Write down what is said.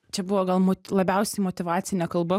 čia buvo gal mot labiausiai motyvacinė kalba